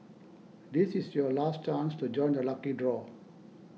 this is your last chance to join the lucky draw